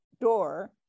door